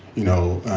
you know,